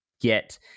get